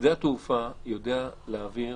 שדה התעופה יודע להעביר